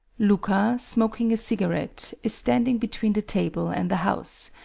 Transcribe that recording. louka, smoking a cigaret, is standing between the table and the house,